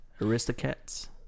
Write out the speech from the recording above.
Aristocats